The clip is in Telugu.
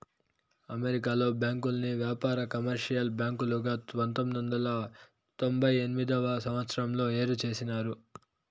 అమెరికాలో బ్యాంకుల్ని వ్యాపార, కమర్షియల్ బ్యాంకులుగా పంతొమ్మిది వందల తొంభై తొమ్మిదవ సంవచ్చరంలో ఏరు చేసినారు